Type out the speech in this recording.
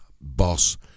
boss